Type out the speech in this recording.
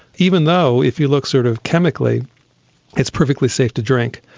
even though if you look sort of chemically it's perfectly safe to drink.